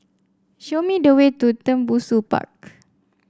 show me the way to Tembusu Park